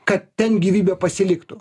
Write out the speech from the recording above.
kad ten gyvybė pasiliktų